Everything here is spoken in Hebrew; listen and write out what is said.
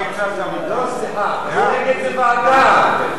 לא ועדה.